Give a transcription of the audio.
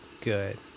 good